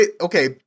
okay